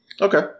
okay